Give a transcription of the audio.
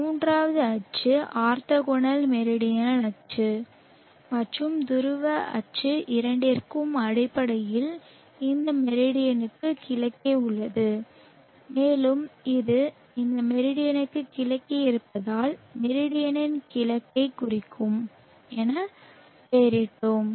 மூன்றாவது அச்சு orthogonal meridional அச்சு மற்றும் துருவ அச்சு இரண்டிற்கும் அடிப்படையில் இந்த மெரிடியனுக்கு கிழக்கே உள்ளது மேலும் இது இந்த மெரிடியனுக்கு கிழக்கே இருப்பதால் மெரிடியனின் கிழக்கைக் குறிக்கும் என பெயரிட்டோம்